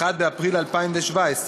1 באפריל 2017,